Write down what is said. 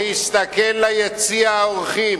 להסתכל ליציע האורחים,